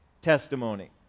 testimony